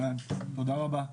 תודה רבה.